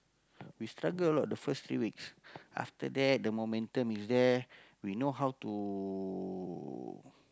we struggle a lot the first three weeks after that the momentum is there we know how to